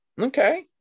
okay